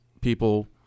people